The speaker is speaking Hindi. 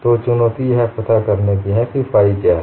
तो चुनौती यह पता लगाने में है कि फाइ क्या है